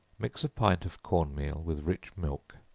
mix a pint of corn meal with rich milk,